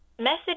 Message